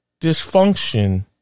dysfunction